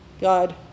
God